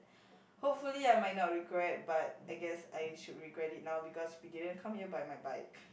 hopefully I might not regret but I guess I should regret it now because we didn't come here by my bike